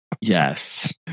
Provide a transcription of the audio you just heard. Yes